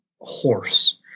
horse